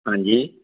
ਹਾਂਜੀ